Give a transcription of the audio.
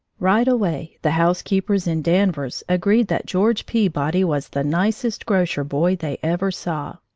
right away the housekeepers in danvers agreed that george peabody was the nicest grocer-boy they ever saw.